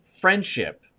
friendship